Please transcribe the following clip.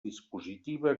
dispositiva